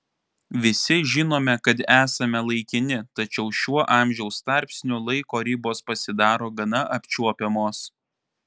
visi žinome kad esame laikini tačiau šiuo amžiaus tarpsniu laiko ribos pasidaro gana apčiuopiamos